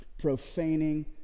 profaning